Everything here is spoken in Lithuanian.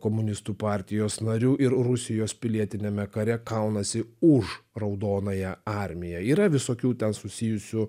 komunistų partijos nariu ir rusijos pilietiniame kare kaunasi už raudonąją armiją yra visokių ten susijusių